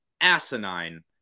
asinine